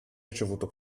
ricevuto